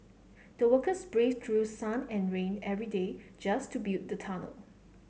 the workers braved through sun and rain every day just to build the tunnel